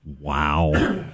Wow